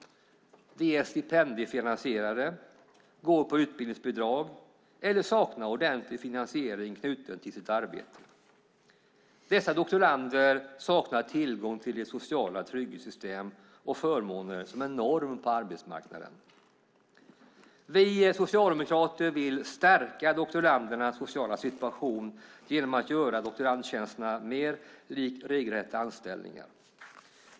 De är stipendiefinansierade, går på utbildningsbidrag eller saknar ordentlig finansiering knutet till sitt arbete. Dessa doktorander saknar tillgång till de sociala trygghetssystem och förmåner som är norm på arbetsmarknaden. Vi socialdemokrater vill stärka doktorandernas sociala situation genom att göra doktorandtjänster mer lika regelrätta anställningar.